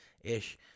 ish